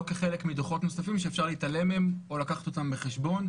כחלק מדוחות נוספים שאפשר להתעלם מהם או לקחת אותם בחשבון.